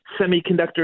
semiconductor